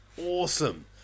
awesome